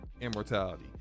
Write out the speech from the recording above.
Immortality